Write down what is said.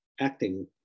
acting